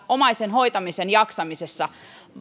omaisen hoitamisen jaksamisessa